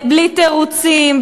בלי תירוצים,